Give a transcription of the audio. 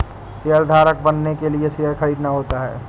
शेयरधारक बनने के लिए शेयर खरीदना होता है